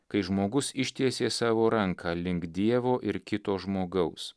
kai žmogus ištiesė savo ranką link dievo ir kito žmogaus